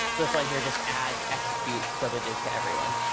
this line here just adds execute privileges to everyone.